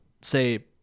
say